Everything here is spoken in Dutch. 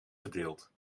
verdeelt